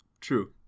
true